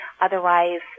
Otherwise